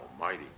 Almighty